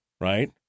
right